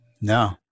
no